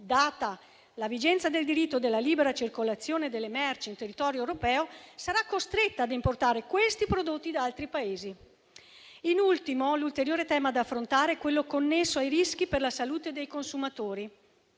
data la vigenza del diritto della libera circolazione delle merci in territorio europeo, l'Italia sarà costretta ad importare questi prodotti da altri Paesi. In ultimo, l'ulteriore tema da affrontare è quello connesso ai rischi per la salute dei consumatori.